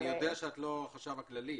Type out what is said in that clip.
אני יודע שאת לא החשב הכללי,